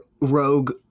Rogue